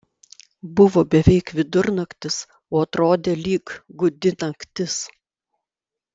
buvo beveik vidurnaktis o atrodė lyg gūdi naktis